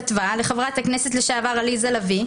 כתבה לחה"כ לשעבר עליזה לביא,